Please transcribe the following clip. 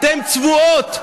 אתן צבועות.